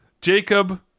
Jacob